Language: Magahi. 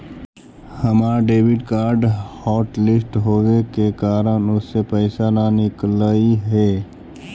हमर डेबिट कार्ड हॉटलिस्ट होवे के कारण उससे पैसे न निकलई हे